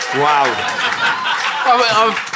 wow